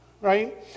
right